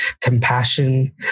compassion